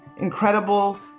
incredible